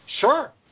Sure